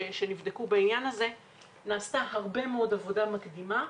שנבדקו בעניין, נעשתה הרבה עבודה מקדימה,